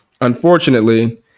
unfortunately